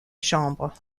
chambre